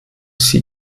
sie